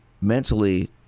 mentally